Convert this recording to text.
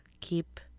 keep